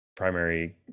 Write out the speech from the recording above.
primary